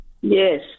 Yes